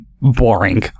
boring